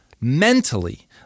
mentally